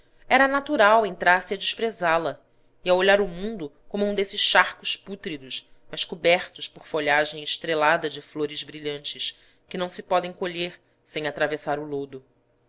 era natural entrasse a desprezá la e a olhar o mundo como um desses charcos pútridos mas cobertos por folhagem estrelada de flores brilhantes que não se podem colher sem atravessar o lodo